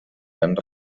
han